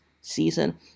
season